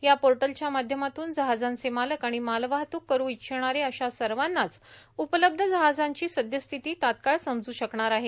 या पोर्टलच्या माध्यमातून जहाजांचे मालक आणि मालवाहतूक कठ इच्छिणारे अशा सर्वांनाच उपलब्ध जहाजांची सद्यस्थिती तात्काळ समजू शकणार आहे